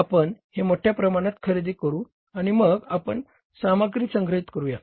आपण हे मोठ्या प्रमाणात खरेदी करू आणि मग आपण सामग्री संग्रहित करूया